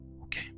Okay